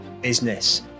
business